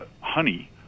honey